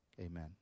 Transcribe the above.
Amen